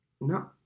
No